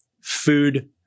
food